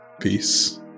peace